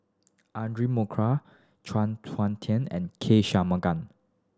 Audra Morrice Chuang Hui Tsuan and K Shanmugam